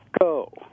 go